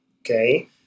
Okay